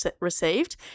received